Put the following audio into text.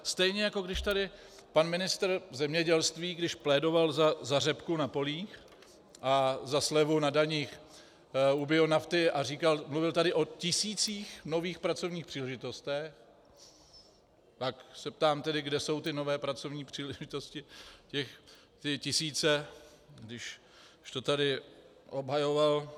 Stejně jako když tady pan ministr zemědělství, kdy plédoval za řepku na polích a za slevu na daních u bionafty a mluvil tady o tisících nových pracovních příležitostech, tak se ptám tedy, kde jsou ty nové pracovní příležitosti, ty tisíce, když to tady obhajoval.